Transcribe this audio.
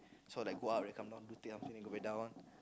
so like go up then come down do thing after that go back down